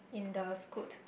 in the Scoot